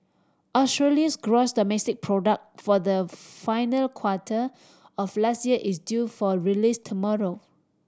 Australia's gross domestic product for the final quarter of last year is due for release tomorrow